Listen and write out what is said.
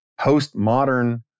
postmodern